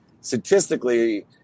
statistically